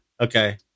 Okay